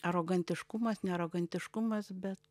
arogantiškumas ne arogantiškumas bet